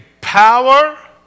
power